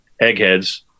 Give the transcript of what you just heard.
eggheads